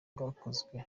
bwakozwe